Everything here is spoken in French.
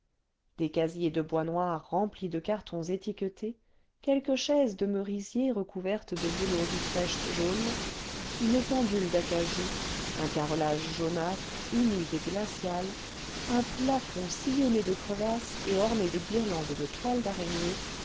des casiers de bois noir remplis de cartons étiquetés quelques chaises de merisier recouvertes de velours d'utrecht jaune une pendule d'acajou un carrelage jaunâtre humide et glacial un plafond sillonné de crevasses et orné de guirlandes de toiles d'araignée